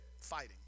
fighting